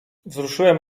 wzruszyłem